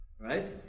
Right